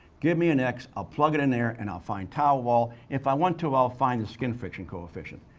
give me an x i'll plug it in there, and i'll find tau wall. if i want to, i'll find the skin friction coefficient.